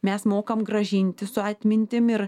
mes mokam grąžinti su atmintim ir